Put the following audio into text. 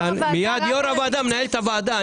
יושב ראש הוועדה מנהל את הוועדה.